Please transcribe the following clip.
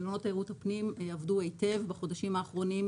מלונות תיירות הפנים עבדו היטב בחודשים האחרונים.